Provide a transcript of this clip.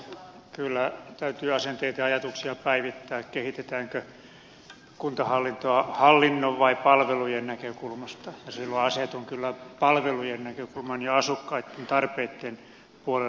kyllä täytyy asenteita ja ajatuksia päivittää kehitetäänkö kuntahallintoa hallinnon vai palvelujen näkökulmasta ja silloin asetun kyllä palvelujen näkökulman ja asukkaitten tarpeiden puolelle